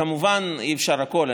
כמובן, אי-אפשר הכול.